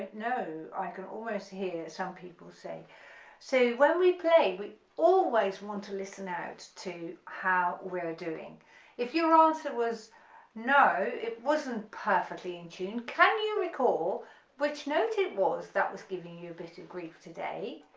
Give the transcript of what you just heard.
know, i can almost hear some people say so when we play we always want to listen out to how we're doing if your answer was no it wasn't perfectly in tune can you recall which note it was that was giving you a bit of grief today?